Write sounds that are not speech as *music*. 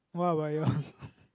what about your *laughs*